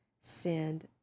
send